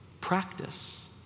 practice